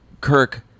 Kirk